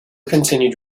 continued